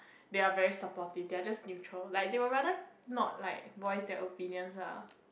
they are very supportive they are just neutral like they would rather not like voice their opinions lah